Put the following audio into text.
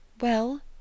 Well